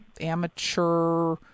amateur